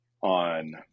on